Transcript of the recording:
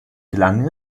gelang